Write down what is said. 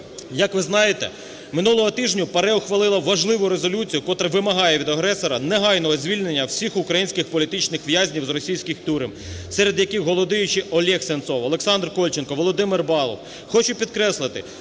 Як ви знаєте, минулого тижня ПАРЄ ухвалила важливу резолюцію, котра вимагає від агресора негайного звільнення всіх українських політичних в'язнів з російських тюрем, серед яких голодуючий Олег Сенцов, Олександр Кольченко, Володимир Балух.